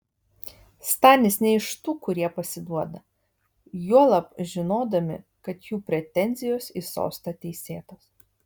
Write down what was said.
stanis ne iš tų kurie pasiduoda juolab žinodami kad jų pretenzijos į sostą teisėtos